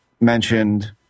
mentioned